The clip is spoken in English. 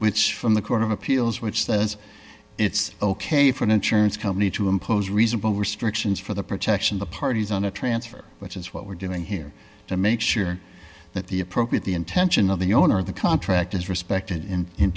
which from the court of appeals which says it's ok for an insurance company to impose reasonable restrictions for the protection the parties on the transfer which is what we're doing here to make sure that the appropriate the intention of the owner of the contract is respected in in